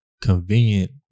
convenient